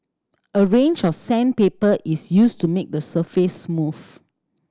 a range of sandpaper is used to make the surface smooth